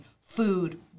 food